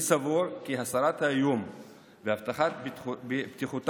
אני סבור כי הסרת האיום והבטחת בטיחותם